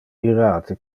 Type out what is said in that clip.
irate